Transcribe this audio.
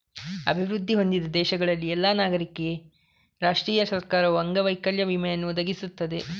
ಅಭಿವೃದ್ಧಿ ಹೊಂದಿದ ದೇಶಗಳಲ್ಲಿ ಎಲ್ಲಾ ನಾಗರಿಕರಿಗೆ ರಾಷ್ಟ್ರೀಯ ಸರ್ಕಾರವು ಅಂಗವೈಕಲ್ಯ ವಿಮೆಯನ್ನು ಒದಗಿಸುತ್ತದೆ